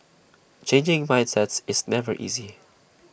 changing mindsets is never easy